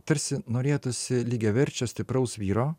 tarsi norėtųsi lygiaverčio stipraus vyro